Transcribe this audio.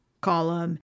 column